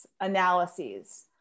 analyses